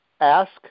Ask